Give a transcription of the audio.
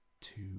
two